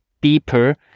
deeper